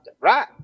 right